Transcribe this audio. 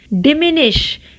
Diminish